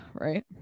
right